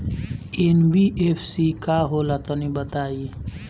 NBFC का होला तनि बताई?